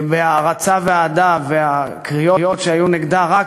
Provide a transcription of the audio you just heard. ההערצה והאהדה והקריאות שהיו נגדה רק